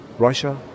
Russia